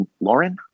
Lauren